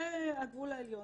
זה הגבול העליון.